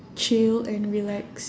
chill and relax